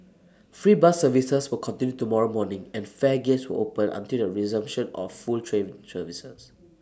free bus services will continue tomorrow morning and fare gates will open until the resumption of full train services